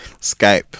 Skype